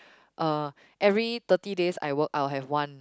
uh every thirty days I work I will have one